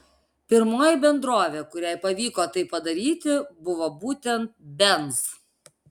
pirmoji bendrovė kuriai pavyko tai padaryti buvo būtent benz